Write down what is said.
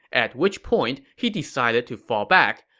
at which point he decided to fall back,